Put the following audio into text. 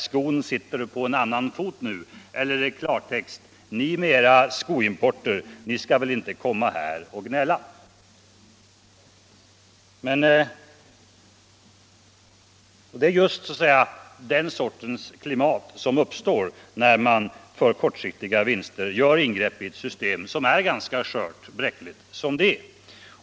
”Skon sitter på en annan fot nu” -— eller, i klartext: Ni med era skoimportrestriktioner skall väl inte komma här och gnälla. Det är just den sortens klimat som uppstår när man för kortsiktiga vinster gör ingrepp i ett frihandelssystem som är ganska bräckligt som det är.